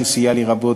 שסייעה לי רבות,